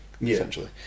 essentially